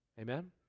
Amen